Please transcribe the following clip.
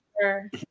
sure